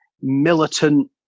militant